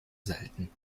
selten